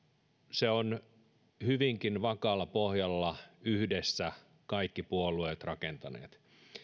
sen ovat hyvinkin vakaalla pohjalla ja pitkäjänteisesti yhdessä kaikki puolueet rakentaneet